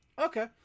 Okay